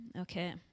Okay